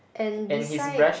and beside